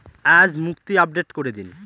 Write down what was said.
আজ মুক্তি আপডেট করে দিন